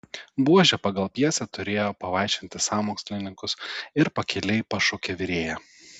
buožė pagal pjesę turėjo pavaišinti sąmokslininkus ir pakiliai pašaukė virėją